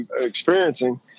experiencing